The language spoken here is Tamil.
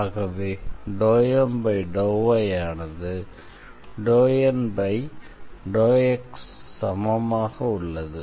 ஆகவே ∂M∂y ஆனது ∂N∂xக்கு சமமாக உள்ளது